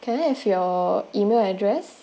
can I have your email address